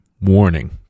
warning